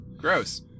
Gross